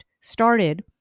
started